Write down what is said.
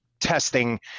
testing